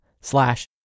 slash